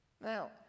Now